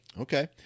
Okay